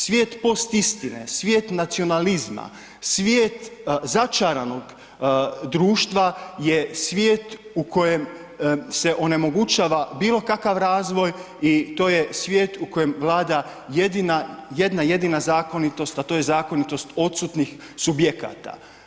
Svijet postistine, svijet nacionalizma, svijet začaranog društva je svijet u kojem se onemogućava bilo kakav razvoj i to je svijet u kojem vlada jedna jedina zakonitost, a to je zakonitost odsutnih subjekata.